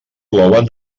plouen